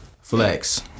Flex